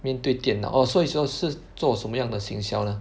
面对电脑 oh 所以是说是做什么样的营销呢